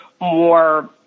more